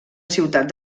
ciutat